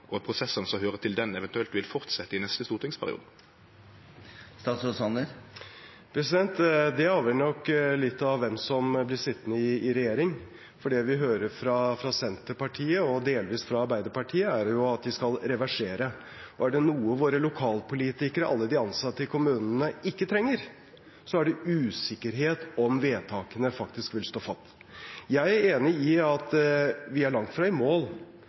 og prosessane som høyrer til ho, eventuelt vil halde fram i neste stortingsperiode? Det avhenger nok litt av hvem som blir sittende i regjering, for det vi hører fra Senterpartiet og delvis fra Arbeiderpartiet, er at de skal reversere. Er det noe våre lokalpolitikere og alle de ansatte i kommunene ikke trenger, er det usikkerhet om vedtakene faktisk vil stå fast. Jeg er enig i at vi er langt fra i mål.